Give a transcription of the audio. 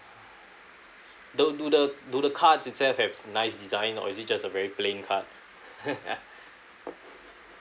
don't do the do the cards itself have nice design or is just a very plain card